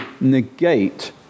negate